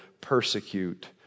persecute